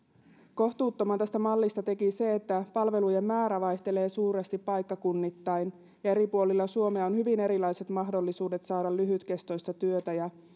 kohtuuttoman tästä mallista teki se että palvelujen määrä vaihtelee suuresti paikkakunnittain ja eri puolilla suomea on hyvin erilaiset mahdollisuudet saada lyhytkestoista työtä ja